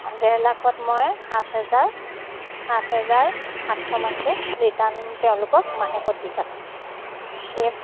অঁ ডেৰ লাখত মই সাত হেজাৰ সাত হেজাৰ সাতশ মানকৈ ৰিটাৰ্ণ তেওঁলোকক মাহেকত দি থাকোঁ এই